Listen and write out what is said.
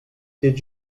did